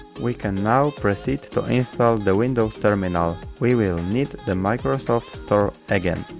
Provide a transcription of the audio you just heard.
we can now proceed to install the windows terminal we will need the microsoft store again.